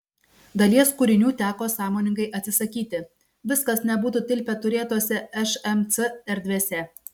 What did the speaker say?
dalies kūrinių teko sąmoningai atsisakyti viskas nebūtų tilpę turėtose šmc erdvėse